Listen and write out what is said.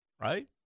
right